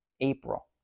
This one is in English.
April